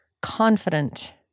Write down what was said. confident